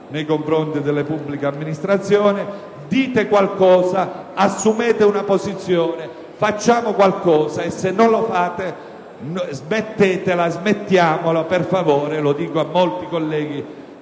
nei confronti delle pubbliche amministrazioni. Dite qualcosa, assumete una posizione, facciamo qualcosa; se non lo fate, smettetela e smettiamola per favore (lo dico a molti colleghi,